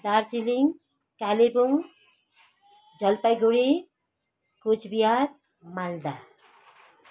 Darjeeling Kalimpong Jalpaiguri Cooch Behar Malda